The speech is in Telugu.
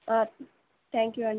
థ్యాంక్ యూ అండి